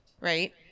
right